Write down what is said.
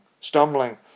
stumbling